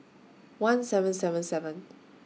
one seven seven seven